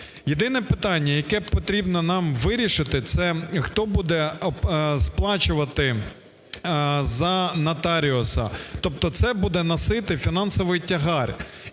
Єдине питання, яке потрібне нам вирішити, хто буде сплачувати за нотаріуса? Тобто це буде носити фінансовий тягар.